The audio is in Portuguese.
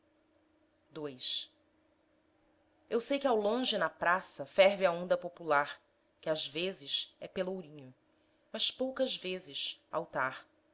grito eu sei que ao longe na praça ferve a onda popular que às vezes é pelourinho mas poucas vezes altar